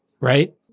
right